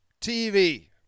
TV